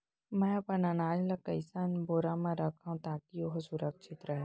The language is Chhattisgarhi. मैं अपन अनाज ला कइसन बोरा म रखव ताकी ओहा सुरक्षित राहय?